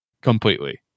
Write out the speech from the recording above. completely